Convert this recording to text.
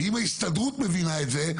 אם ההסתדרות מבינה את זה,